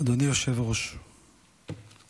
ואת ההצבעה בשעה כזאת בהתראה